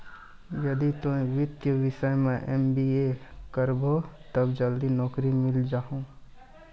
यदि तोय वित्तीय विषय मे एम.बी.ए करभो तब जल्दी नैकरी मिल जाहो